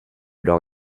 leur